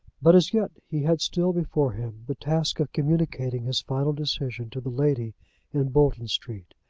but, as yet, he had still before him the task of communicating his final decision to the lady in bolton street.